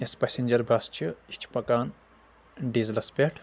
یۄس passenger bus چھِ یہِ چھِ پکان ڈیٖزٕلس پٮ۪ٹھ